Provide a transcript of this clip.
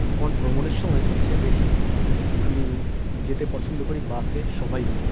আমার ভ্রমণের সময় সবচেয়ে বেশি আমি যেতে পছন্দ করি বাসে সবাই মিলে